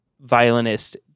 violinist